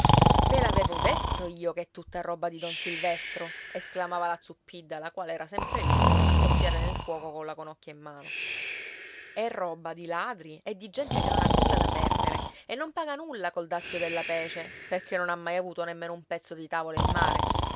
ve l'aveva detto io ch'è tutta roba di don silvestro sclamava la zuppidda la quale era sempre lì a soffiare nel fuoco colla conocchia in mano è roba di ladri e di gente che non ha nulla da perdere e non paga nulla col dazio della pece perché non ha mai avuto nemmeno un pezzo di tavola in mare